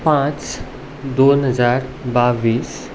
पांच दोन हजार बावीस